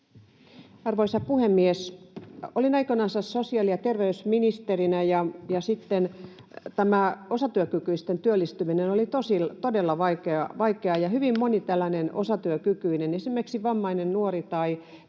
Arvoisa puhemies! Olin aikoinansa sosiaali- ja terveysministerinä, ja tämä osatyökykyisten työllistyminen oli todella vaikeaa, ja hyvin moni tällainen osatyökykyinen, esimerkiksi vammainen nuori tai